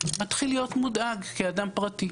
מתחיל להיות מודאג כאדם פרטי.